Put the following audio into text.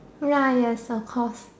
ya yes of course